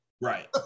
Right